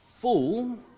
full